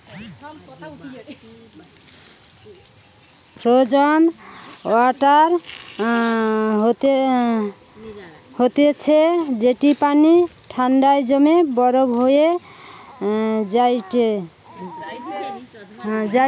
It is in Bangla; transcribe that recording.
ফ্রোজেন ওয়াটার হতিছে যেটি পানি ঠান্ডায় জমে বরফ হয়ে যায়টে